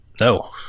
No